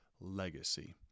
legacy